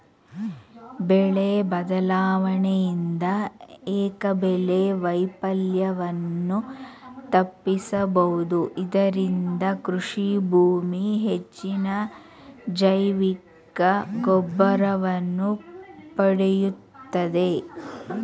ಬೆಳೆ ಬದಲಾವಣೆಯಿಂದ ಏಕಬೆಳೆ ವೈಫಲ್ಯವನ್ನು ತಪ್ಪಿಸಬೋದು ಇದರಿಂದ ಕೃಷಿಭೂಮಿ ಹೆಚ್ಚಿನ ಜೈವಿಕಗೊಬ್ಬರವನ್ನು ಪಡೆಯುತ್ತದೆ